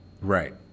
Right